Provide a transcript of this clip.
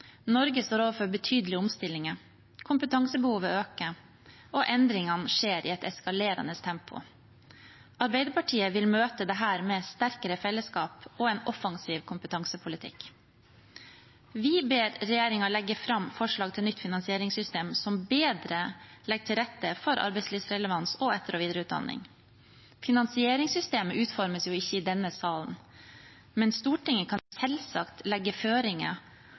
Norge står overfor betydelige omstillinger, kompetansebehovet øker, og endringene skjer i et eskalerende tempo. Arbeiderpartiet vil møte dette med sterkere fellesskap og en offensiv kompetansepolitikk. Vi ber regjeringen legge fram forslag til et nytt finansieringssystem som bedre legger til rette for arbeidslivsrelevans og etter- og videreutdanning. Finansieringssystemet utformes ikke i denne sal, men Stortinget kan selvsagt legge føringer